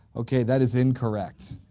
okay that is incorrect.